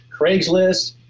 Craigslist